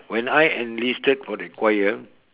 when I enlisted for the choir